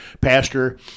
Pastor